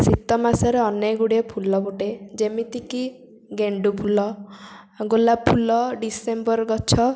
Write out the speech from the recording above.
ଶୀତ ମାସରେ ଅନେକଗୁଡ଼ିଏ ଫୁଲ ଫୁଟେ ଯେମିତିକି ଗେଣ୍ଡୁଫୁଲ ଗୋଲାପ ଫୁଲ ଡିସେମ୍ବର ଗଛ